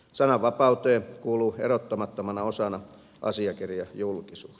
sananvapauteen kuuluu erottamattomana osana asiakirjajulkisuus